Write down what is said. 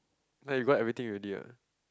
that you got everything ready ah